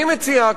אני מציע,